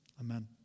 Amen